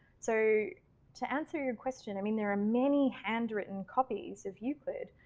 so to answer your question. i mean, there are many handwritten copies of euclid,